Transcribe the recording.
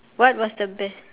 what was the best